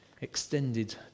extended